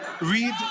read